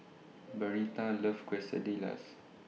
Bernita loves Quesadillas